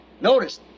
Notice